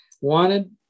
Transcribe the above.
wanted